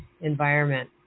environment